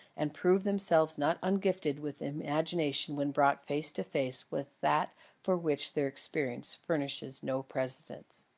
and prove themselves not ungifted with imagination when brought face to face with that for which their experience furnishes no precedent.